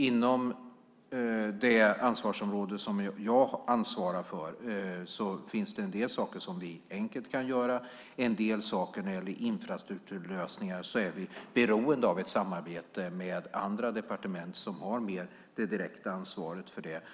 Inom det ansvarsområde som jag har finns det en del saker som vi enkelt kan göra. I en del saker som gäller infrastrukturlösningar är vi beroende av ett samarbete med andra departement, som har mer av det direkta ansvaret för detta.